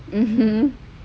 (uh huh)